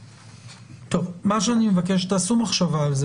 אני מבקש שתחשבו על זה.